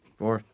four